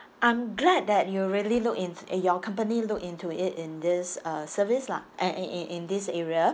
I'm glad that you really look in your company look into it in this uh service lah and in in in this area